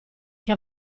che